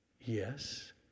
Yes